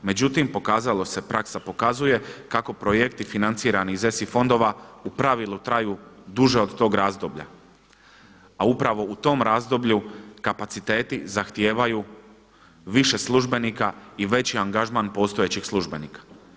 Međutim pokazalo se, praksa pokazuje kako projekti financirani iz ESI fondova u pravilu traju duže od tog razdoblja a upravo u tom razdoblju kapaciteti zahtijevaju više službenika i veći angažman postojećih službenika.